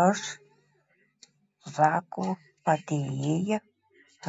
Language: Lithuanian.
aš zako padėjėja